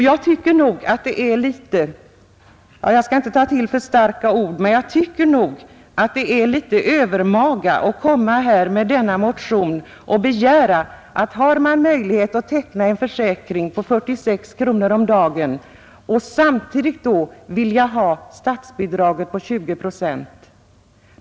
Jag skall inte ta till för starka ord, men jag tycker nog att det är litet övermaga att komma med denna motion och begära att den som har möjlighet att teckna en försäkring på 46 kronor om dagen samtidigt skall ha statsbidraget på 20 procent.